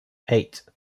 eight